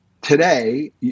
today